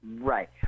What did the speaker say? Right